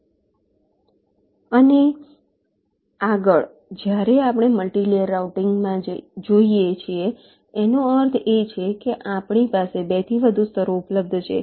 અને આગળ જ્યારે આપણે મલ્ટિલેયર રાઉટિંગ જોઈએ છીએ તેનો અર્થ એ છે કે આપણી પાસે 2 થી વધુ સ્તરો ઉપલબ્ધ છે